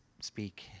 speak